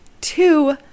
Two